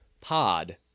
Pod